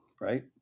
Right